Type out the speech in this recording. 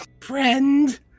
Friend